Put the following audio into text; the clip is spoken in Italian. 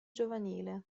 giovanile